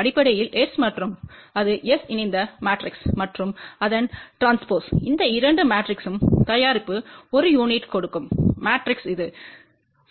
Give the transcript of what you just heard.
அடிப்படையில் S மற்றும் அது S இணைந்த மாட்ரிக்ஸ் மற்றும் அதன் ட்ரான்ஸ்போஸ் இந்த இரண்டு மெட்ரிக்ஸின் தயாரிப்பு ஒரு யுனிட் கொடுக்கும் மேட்ரிக்ஸ் இது